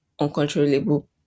uncontrollable